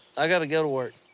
i gotta go to work.